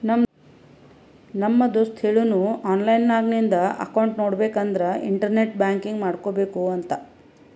ನಮ್ ದೋಸ್ತ ಹೇಳುನ್ ಆನ್ಲೈನ್ ನಾಗ್ ನಿಂದ್ ಅಕೌಂಟ್ ನೋಡ್ಬೇಕ ಅಂದುರ್ ಇಂಟರ್ನೆಟ್ ಬ್ಯಾಂಕಿಂಗ್ ಮಾಡ್ಕೋಬೇಕ ಅಂತ್